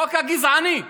החוק הגזעני,